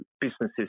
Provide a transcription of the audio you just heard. businesses